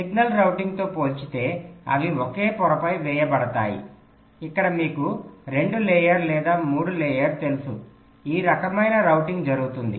signal రౌటింగ్తో పోల్చితే అవి ఒకే పొరపై వేయబడతాయి ఇక్కడ మీకు 2 లేయర్ 3 లేయర్ తెలుసు ఈ రకమైన రౌటింగ్ జరుగుతుంది